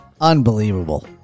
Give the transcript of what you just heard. Unbelievable